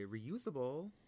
reusable